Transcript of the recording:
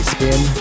Spin